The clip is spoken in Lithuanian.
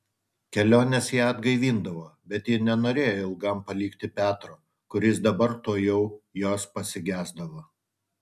kelionės ją atgaivindavo bet ji nenorėjo ilgam palikti petro kuris dabar tuojau jos pasigesdavo